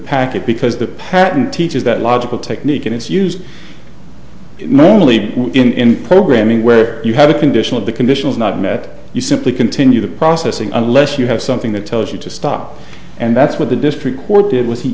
packet because the patent teaches that logical technique in its use normally in programming where you have a conditional the conditions not met you simply continue the processing unless you have something that tells you to stop and that's what the district court did was he